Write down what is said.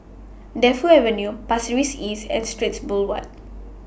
Defu Avenue Pasir Ris East and Straits Boulevard